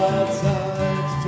Outside